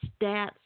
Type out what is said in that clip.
stats